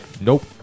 nope